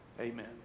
Amen